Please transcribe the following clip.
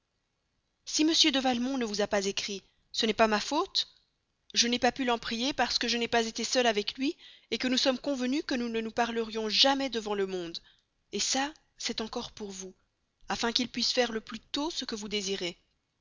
si m de valmont ne vous a pas écrit ce n'est pas ma faute je n'ai pas pu l'en prier parce que je n'ai pas été seule avec lui que nous sommes convenus que nous ne nous parlerions jamais devant le monde ça c'est encore pour vous afin qu'il puisse faire plus tôt ce que vous désirez